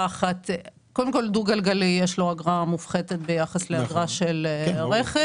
לדו גלגלי יש אגרה מופחתת ביחס לאגרה של רכב.